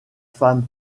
femme